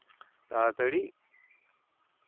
ᱛᱟᱲᱟᱛᱟᱲᱤ